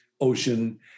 ocean